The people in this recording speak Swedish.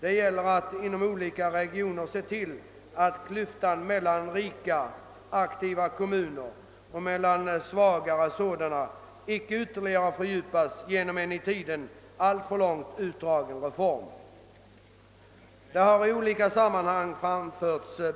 Det gäller att inom olika regioner se till att klyftan mellan rika, aktiva kommuner och svagare sådana icke ytterligare fördjupas genom en i tiden alltför långt utdragen kommunreform.